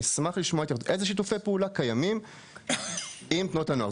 אשמח לשמוע איזה שיתופי פעולה קיימים עם תנועות הנוער.